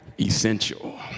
Essential